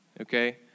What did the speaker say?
okay